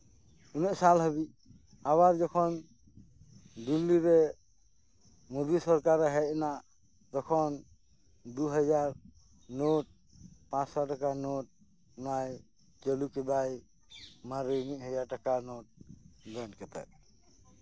ᱩᱱᱟᱹᱜ ᱥᱟᱞ ᱦᱟᱹᱵᱤᱡ ᱟᱵᱟᱨ ᱡᱚᱠᱷᱚᱱ ᱫᱤᱞᱞᱤᱨᱮ ᱢᱚᱫᱤ ᱥᱚᱨᱠᱟᱨᱮ ᱦᱮᱡ ᱮᱱᱟ ᱛᱚᱦᱚᱱ ᱫᱩ ᱦᱟᱡᱟᱨ ᱱᱚᱴ ᱯᱟᱸᱪᱥᱚ ᱴᱟᱠᱟ ᱱᱚᱴ ᱱᱚᱣᱟᱭ ᱪᱟᱹᱞᱩ ᱠᱮᱫᱟᱭ ᱢᱟᱨᱮ ᱢᱤᱫᱦᱟᱡᱟᱨ ᱴᱟᱠᱟ ᱱᱚᱴ ᱵᱮᱸᱰ ᱠᱟᱛᱮ